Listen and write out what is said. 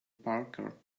parker